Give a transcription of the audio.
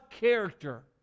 character